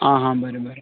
आं हां बरें बरें